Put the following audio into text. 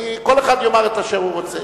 כל אחד יאמר את אשר הוא רוצה.